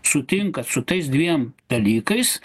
sutinkat su tais dviem dalykais